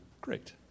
Great